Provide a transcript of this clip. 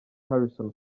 harrison